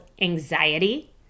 anxiety